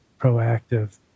proactive